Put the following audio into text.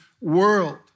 world